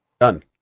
done